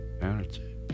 energy